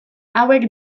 hauek